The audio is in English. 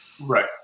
Right